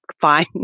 fine